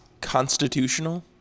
constitutional